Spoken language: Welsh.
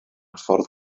ffordd